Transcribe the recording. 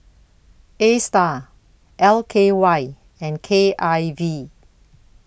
ASTAR L K Y and K I V